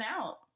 out